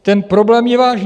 Ten problém je vážný.